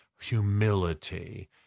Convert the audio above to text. humility